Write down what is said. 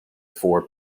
four